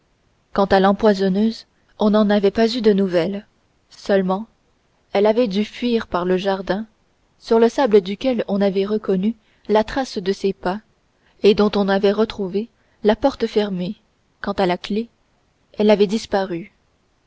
quant à l'empoisonneuse on n'en avait pas eu de nouvelles seulement elle avait dû fuir par le jardin sur le sable duquel on avait reconnu la trace de ses pas et dont on avait retrouvé la porte fermée quant à la clé elle avait disparu